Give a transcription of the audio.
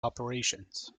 operations